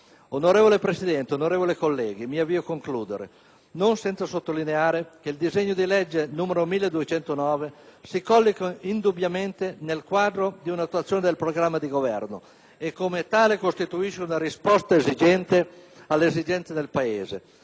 Onorevole Presidente, onorevoli colleghi, mi avvio a concludere non senza sottolineare che il disegno di legge n. 1209 si colloca indubbiamente nel quadro dell'attuazione del programma di Governo e come tale costituisce una risposta alle esigenze del Paese,